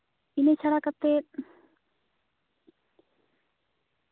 ᱤᱱᱟᱹ ᱪᱷᱟᱲᱟ ᱠᱟᱛᱮ